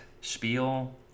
spiel